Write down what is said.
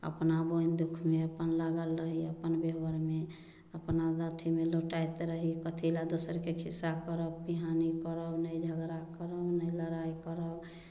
अपना बोनि दुःखमे अपन लागल रही अपन व्यवहारमे अपना अथीमे लोटैत रही कथी लए दोसरके खिस्सा करब पिहानी करब नहि झगड़ा करब नहि लड़ाइ करब